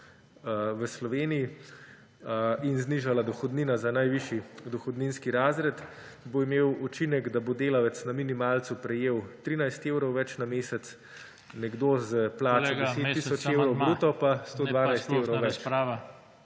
v Sloveniji in znižala dohodnina za najvišji dohodninski razred, bo imel učinek, da bo delavec na minimalcu prejel 13 evrov več na mesec, nekdo s plačo 10 tisoč evrov bruto pa 112 evrov več